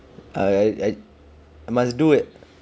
I I must do it